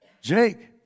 Jake